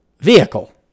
vehicle